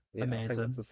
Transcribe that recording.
Amazing